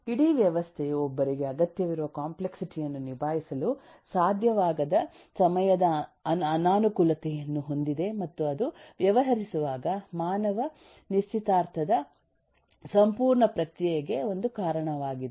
ಇಡೀ ವ್ಯವಸ್ಥೆಯು ಒಬ್ಬರಿಗೆ ಅಗತ್ಯವಿರುವ ಕಾಂಪ್ಲೆಕ್ಸಿಟಿ ಯನ್ನು ನಿಭಾಯಿಸಲು ಸಾಧ್ಯವಾಗದ ಸಮಯದ ಅನಾನುಕೂಲತೆಯನ್ನು ಹೊಂದಿದೆ ಮತ್ತು ಅದು ವ್ಯವಹರಿಸುವಾಗ ಮಾನವ ನಿಶ್ಚಿತಾರ್ಥದ ಸಂಪೂರ್ಣ ಪ್ರಕ್ರಿಯೆಗೆ ಒಂದು ಕಾರಣವಾಗಿದೆ